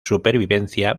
supervivencia